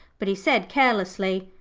but he said carelessly,